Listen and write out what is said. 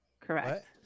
Correct